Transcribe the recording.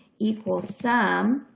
equals sum.